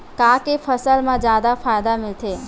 का के फसल मा जादा फ़ायदा मिलथे?